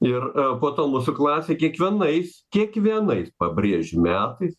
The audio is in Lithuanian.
ir po to mūsų klasėj kiekvienais kiekvienais pabrėžiu metais